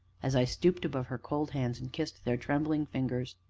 as i stooped above her cold hands, and kissed their trembling fingers.